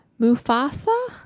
Mufasa